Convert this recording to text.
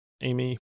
Amy